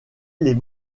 les